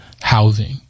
housing